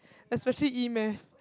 especially e-maths